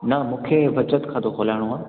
न मूंखे बचति खातो खुलाइणो आहे